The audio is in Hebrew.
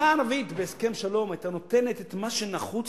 תמיכה ערבית בהסכם שלום היתה נותנת את מה שנחוץ